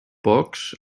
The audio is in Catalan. pocs